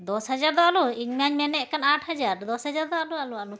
ᱫᱚᱥ ᱦᱟᱡᱟᱨᱫᱚ ᱟᱞᱚ ᱤᱧᱢᱟᱧ ᱢᱮᱱᱮᱫ ᱠᱟᱱ ᱟᱴ ᱦᱟᱡᱟᱨ ᱫᱚᱥ ᱦᱟᱡᱟᱨᱫᱚ ᱟᱞᱚ ᱟᱞᱚ ᱟᱞᱚ